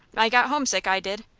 i got homesick, i did.